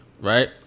right